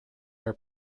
are